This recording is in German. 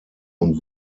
und